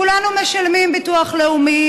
כולנו משלמים ביטוח לאומי.